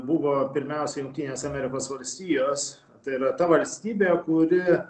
buvo pirmiausia jungtinės amerikos valstijos tai yra ta valstybė kuri